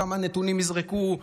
כמה נתונים יזרקו,